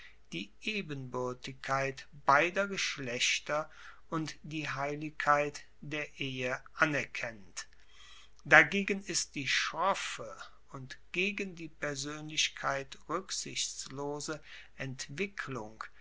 die ebenbuertigkeit beider geschlechter und die heiligkeit der ehe anerkennt dagegen ist die schroffe und gegen die persoenlichkeit ruecksichtslose entwicklung